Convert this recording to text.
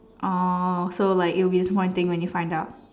oh so like it would be disappointing when you find out